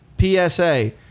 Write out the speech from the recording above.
PSA